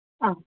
ആ